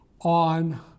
on